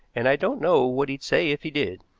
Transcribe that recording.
and i don't know what he'd say if he did.